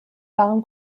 waren